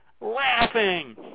laughing